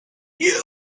created